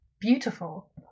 beautiful